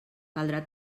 caldrà